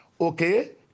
Okay